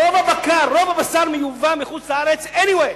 רוב הבקר, רוב הבשר מיובא מחוץ-לארץ anyway,